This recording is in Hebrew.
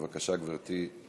בבקשה גברתי.